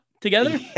together